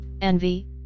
envy